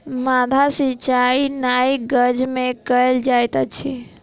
माद्दा सिचाई नाइ गज में कयल जाइत अछि